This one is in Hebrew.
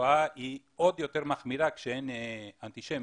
התופעה יותר מחמירה כשאין אנטישמיות.